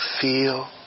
feel